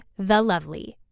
THELOVELY